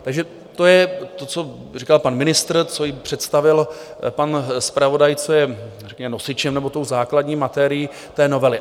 Takže to je to, co říkal pan ministr, co představil pan zpravodaj, co je nosičem nebo základní materií té novely.